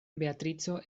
beatrico